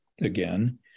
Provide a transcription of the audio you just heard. again